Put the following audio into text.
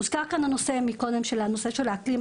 הוזכר כאן מקודם הנושא של האקלים,